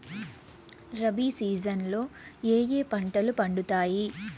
rabi season లో ఏ ఏ పంటలు పండుతాయి